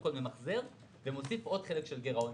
כול ממחזר ומוסיף עוד חלק של גירעון,